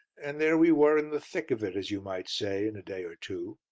and there we were in the thick of it, as you might say, in a day or two.